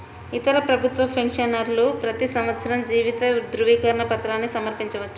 ఇతర ప్రభుత్వ పెన్షనర్లు ప్రతి సంవత్సరం జీవిత ధృవీకరణ పత్రాన్ని సమర్పించవచ్చు